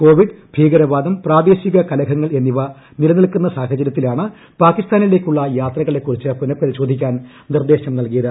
Covid ഭീകരവാദം പ്രാദേശിക കലഹങ്ങൾ എന്നിവ നിലനിൽക്കുന്ന സാഹചരൃത്തിലാണ് പാകിസ്ഥാനിലേക്കുള്ള യാത്രകളെക്കുറിച്ച് പുനപരിശോധിക്കാൻ നിർദ്ദേശം നൽകിയത്